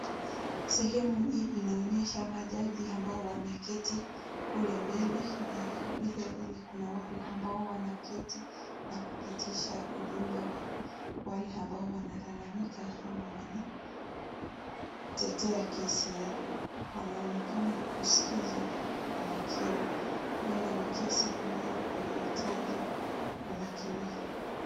Sehemu hii inaonyesha majaji ambao wameketi kule mbele na vile vile kuna wale ambao wanatetea na kupitisha ujumbe wa wale ambao wanalalamika ama wanatetea kesi yao. Wanaonekana kusikiza kwa makini. Huenda ni kesi ambayo inahitaji umakini.